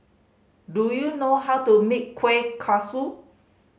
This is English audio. do you know how to make kueh kosui